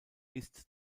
ist